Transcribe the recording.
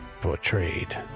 Portrayed